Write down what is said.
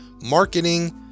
marketing